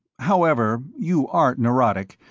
however, you aren't neurotic,